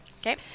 Okay